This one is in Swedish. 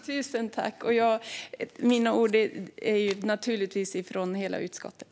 Herr talman! Tusen tack! Mina ord kommer naturligtvis från hela utskottet.